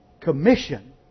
commission